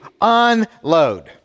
Unload